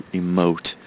emote